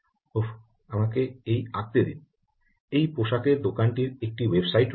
উফ আমাকে এই আঁকতে দিন এই পোশাকের দোকানটির একটি ওয়েবসাইট রয়েছে